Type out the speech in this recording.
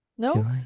No